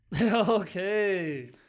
Okay